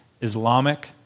Islamic